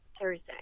Thursday